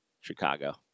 Chicago